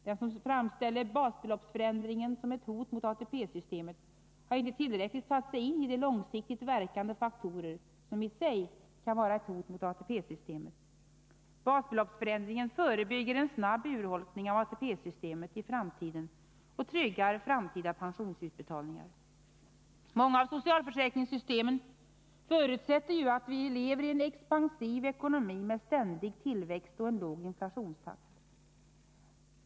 Den som framställer basbeloppsförändringen som ett hot mot ATP-systemet har inte tillräckligt satt sig in i de långsiktigt verkande faktorer som i sig kan vara ett hot mot ATP-systemet. Basbeloppsförändringen förebygger en snabb urholkning av ATP-systemet i framtiden och tryggar framtida pensionsutbetalningar. Många av socialförsäkringssystemen förutsätter att vi lever i en expansiv ekonomi med ständig tillväxt och en låg inflationstakt.